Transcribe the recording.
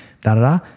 da-da-da